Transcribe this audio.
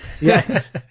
Yes